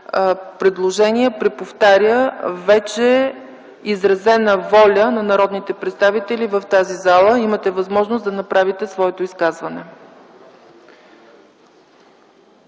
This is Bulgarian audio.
предложение преповтаря вече изразена воля на народните представители в тази зала. Имате възможност да направите своето изказване.